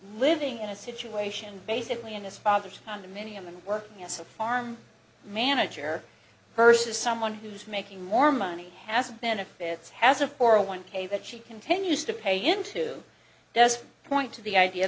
living in a situation basically in his father's condominium and working as a farm manager versus someone who's making more money has benefits has a four one k that she continues to pay into it does point to the idea